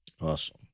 Awesome